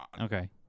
Okay